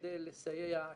כדי לסייע,